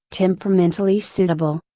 temperamentally suitable.